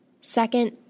Second